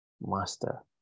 Master